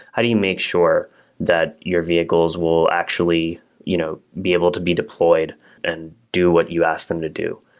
how do you make sure that your vehicles will actually you know be able to be deployed and do what you ask them to do?